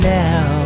now